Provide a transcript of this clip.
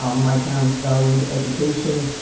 um my parents valued education.